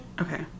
Okay